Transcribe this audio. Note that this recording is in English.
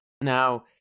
Now